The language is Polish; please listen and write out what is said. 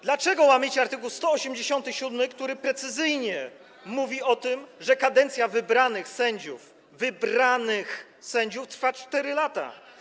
Dlaczego łamiecie art. 187, który precyzyjnie mówi o tym, że kadencja wybranych sędziów - wybranych sędziów - trwa 4 lata?